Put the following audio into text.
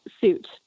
suit